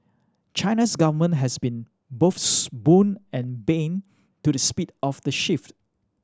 China's government has been both boon and bane to the speed of the shift